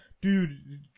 dude